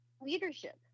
leadership